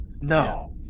no